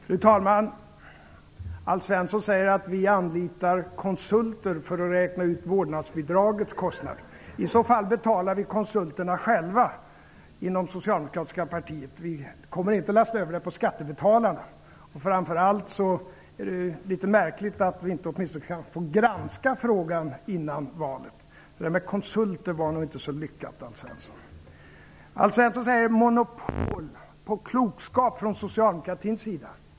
Fru talman! Alf Svensson säger att vi anlitar konsulter för att räkna ut vårdnadsbidragets kostnader. I så fall betalar vi inom det socialdemokratiska partiet konsulterna själva. Vi kommer inte att lasta över kostnaderna på skattebetalarna. Framför allt är det litet märkligt att vi inte ens kan få granska frågan före valet. Det där med konsulter var nog inte så lyckat, Alf Alf Svensson talar om monopol på klokskap från socialdemokratins sida.